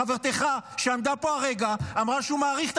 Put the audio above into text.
חברתך שעמדה פה הרגע אמרה שהוא מאריך את